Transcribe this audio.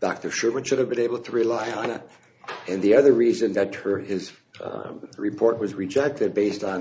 dr sherman should have been able to rely on it and the other reason that her his report was rejected based on